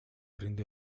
rinde